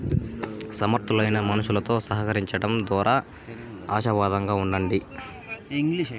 సమర్థులైన మనుసులుతో సహకరించడం దోరా ఆశావాదంగా ఉండండి